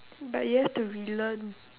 but you have to relearn